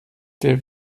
der